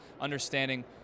understanding